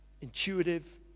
intuitive